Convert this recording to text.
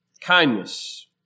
kindness